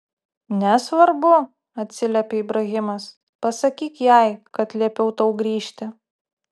nesvarbu atsiliepė ibrahimas pasakyk jai kad liepiau tau grįžti